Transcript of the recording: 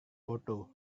foto